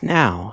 now